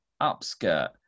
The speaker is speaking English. upskirt